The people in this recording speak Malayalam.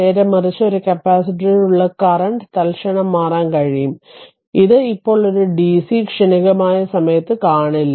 നേരെമറിച്ച് ഒരു കപ്പാസിറ്ററിലൂടെയുള്ള കറന്റ് തൽക്ഷണം മാറാൻ കഴിയും അത് ഇപ്പോൾ ഡിസി ക്ഷണികമായ സമയത്ത് കാണില്ല